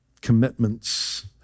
commitments